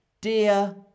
dear